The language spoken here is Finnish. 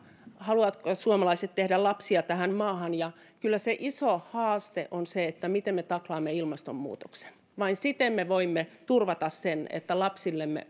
haluavatko suomalaiset tehdä lapsia tähän maahan ja kyllä se iso haaste on se miten me taklaamme ilmastonmuutoksen vain siten me voimme turvata sen että lapsillemme